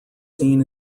seen